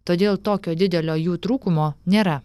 todėl tokio didelio jų trūkumo nėra